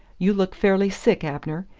you look fairly sick, abner.